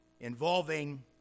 involving